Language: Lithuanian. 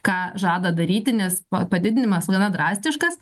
ką žada daryti nes padidinimas gana drastiškas